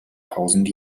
tausend